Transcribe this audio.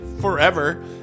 forever